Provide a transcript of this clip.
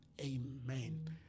amen